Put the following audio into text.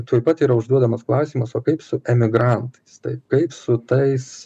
tuoj pat yra užduodamas klausimas o kaip su emigrantais taip kaip su tais